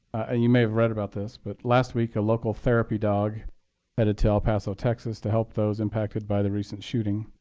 ah you may have read about this, but last week a local therapy dog headed to el paso, texas to help those impacted by the recent shooting.